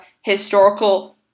historical